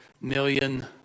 million